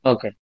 Okay